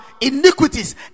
iniquities